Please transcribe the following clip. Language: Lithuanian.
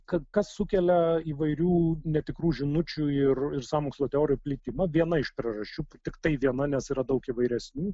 kad kas sukelia įvairių netikrų žinučių ir ir sąmokslo teorijų plitimą viena iš priežasčių tiktai viena nes yra daug įvairesnių